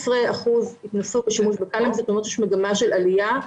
11% ניסו שימוש בקנאביס, כלומר יש מגמה של עליה.